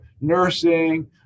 nursing